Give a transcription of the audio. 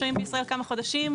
שוהים בישראל כמה חודשים,